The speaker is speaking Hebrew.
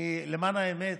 למען האמת,